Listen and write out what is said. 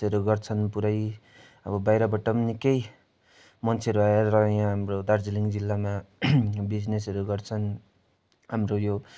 हरू गर्छन् पुरा अब बाहिरबाट निकै मान्छेहरू आएर यहाँ हाम्रो दार्जिलिङ जिल्लामा बिजिनेसहरू गर्छन् हाम्रो यो